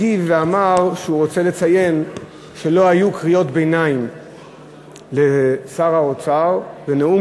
הגיב ואמר שהוא רוצה לציין שלא היו קריאות ביניים לשר האוצר בנאום,